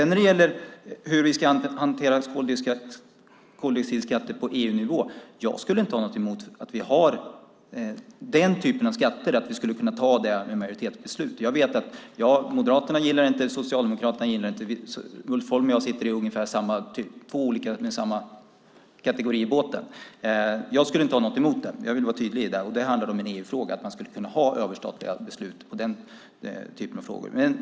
När det gäller hur vi ska hantera koldioxidskatter på EU-nivå kan jag säga att jag inte skulle ha någonting emot att vi fattade majoritetsbeslut i fråga om den typen av skatter. Jag vet att Moderaterna inte gillar det, att Socialdemokraterna inte gillar det. Ulf Holm och jag sitter i samma båt i den kategorin. Jag vill vara tydlig att jag inte skulle ha någonting emot det. Det är en EU-fråga. Man skulle kunna ha överstatliga beslut i den typen av frågor.